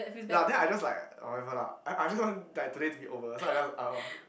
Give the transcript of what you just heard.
ya then I just like whatever lah I I just want like today be over so I just uh uh